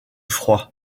froid